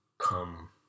come